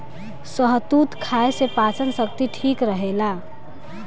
शहतूत खाए से पाचन शक्ति ठीक रहेला